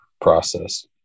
process